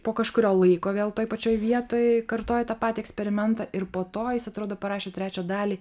po kažkurio laiko vėl toj pačioj vietoj kartojo tą patį eksperimentą ir po to jis atrodo parašė trečią dalį